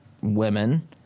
women